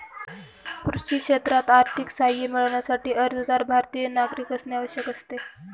कृषी क्षेत्रात आर्थिक सहाय्य मिळविण्यासाठी, अर्जदार भारतीय नागरिक असणे आवश्यक आहे